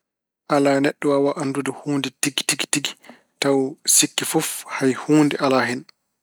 Alaa, neɗɗo waawaa anndude huunde tigi- tigi tigi taw sikke fof hay huunde alaa hen.